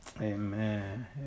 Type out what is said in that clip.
Amen